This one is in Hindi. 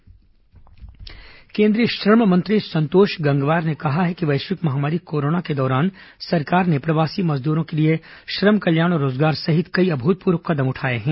केन्द्र श्रमिक सहायता केन्द्रीय श्रम मंत्री संतोष गंगवार ने कहा है कि वैश्विक महामारी कोरोना के दौरान सरकार ने प्रवासी मजदूरों के लिए श्रम कल्याण और रोजगार सहित कई अभूतपूर्व कदम उठाए हैं